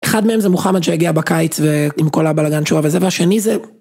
אחד מהם זה מוחמד שהגיע בקיץ, עם כל הבלאגן שלו, וזה והשני זהו.